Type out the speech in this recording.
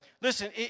Listen